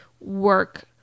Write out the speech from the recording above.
work